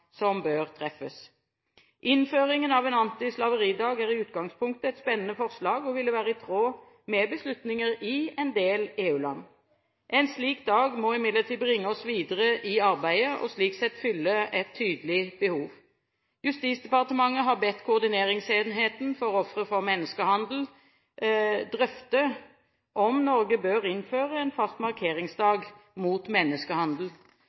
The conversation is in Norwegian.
som bør treffes. Innføringen av en antislaveridag er i utgangspunktet et spennende forslag og ville være i tråd med beslutninger i en del EU-land. En slik dag må imidlertid bringe oss videre i arbeidet og slik sett fylle et tydelig behov. Justisdepartementet har bedt Koordineringsenheten for ofre for menneskehandel drøfte om Norge bør innføre en fast markeringsdag mot menneskehandel.